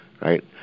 right